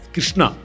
Krishna